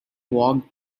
walked